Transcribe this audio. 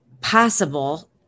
possible